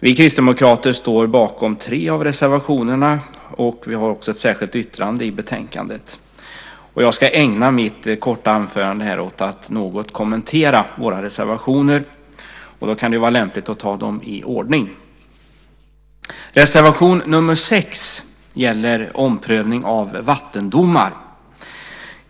Vi kristdemokrater står bakom tre av reservationerna. Vi har också ett särskilt yttrande i betänkandet. Jag ska ägna mitt korta anförande åt att något kommentera våra reservationer. Då kan det vara lämpligt att ta dem i ordning. Reservation nr 6 gäller omprövning av vattendomar.